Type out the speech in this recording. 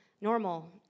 normal